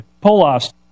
polos